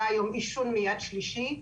עישון מיד שלישי.